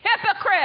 hypocrite